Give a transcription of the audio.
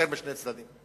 משני צדדים.